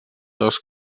dos